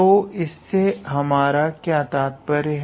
तो इससे हमारा क्या अर्थ है